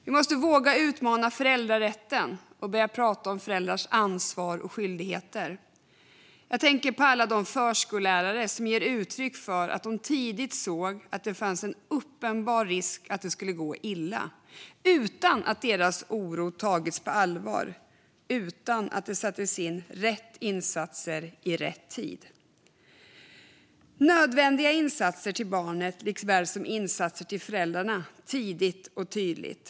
Vi måste våga utmana föräldrarätten och börja prata om föräldrars ansvar och skyldigheter. Jag tänker på alla de förskollärare som ger uttryck för att de tidigt såg att det fanns en uppenbar risk att det skulle gå illa, utan att deras oro togs på allvar och utan att det sattes in rätt insatser i rätt tid. Det behövs nödvändiga insatser till barnet liksom till föräldrarna, tidigt och tydligt.